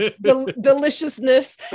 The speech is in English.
deliciousness